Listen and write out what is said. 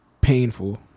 painful